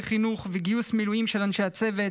חינוך וגיוס מילואים של אנשי הצוות,